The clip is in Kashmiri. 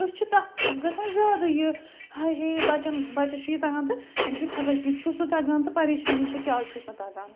أسۍ چھِ تَتھ گژھان زیادٕ یہِ ہَے ہے بَچَن بَچَس چھُ یہِ تَگان تہٕ امِس چھُ خبر کِہی چھُس نہٕ تَگان تہٕ پریشٲنی چھےٚ کیٛازِ چھُس نہٕ تَگان